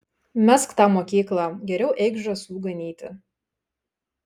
mesk tą mokyklą geriau eik žąsų ganyti